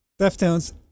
Deftones